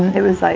it was like.